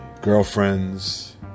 girlfriends